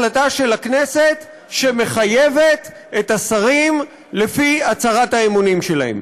החלטה של הכנסת שמחייבת את השרים לפי הצהרת האמונים שלהם.